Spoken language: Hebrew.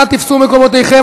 נא תפסו מקומותיכם,